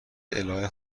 الهه